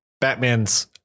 Batman's